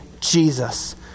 Jesus